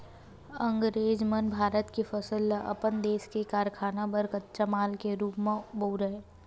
अंगरेज मन भारत के फसल ल अपन देस के कारखाना बर कच्चा माल के रूप म बउरय